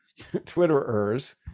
Twitterers